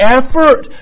effort